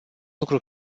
lucru